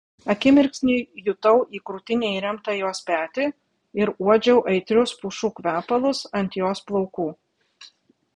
akimirksnį jutau į krūtinę įremtą jos petį ir uodžiau aitrius pušų kvepalus ant jos plaukų